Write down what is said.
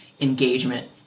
engagement